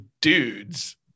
dudes